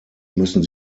müssen